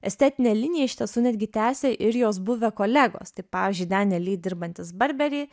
estetinę liniją iš tiesų netgi tęsia ir jos buvę kolegos tai pavyzdžiui daniel li dirbantis burberry